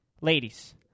ladies